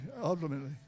ultimately